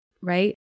right